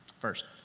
First